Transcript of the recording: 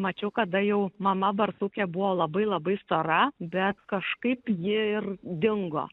mačiau kada jau mama barsukė buvo labai labai stora bet kažkaip ji ir dingo